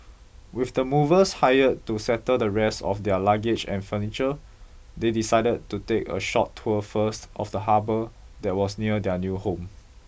with the movers hired to settle the rest of their luggage and furniture they decided to take a short tour first of the harbour that was near their new home